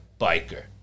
biker